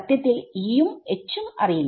സത്യത്തിൽ E യും H ഉം അറിയില്ല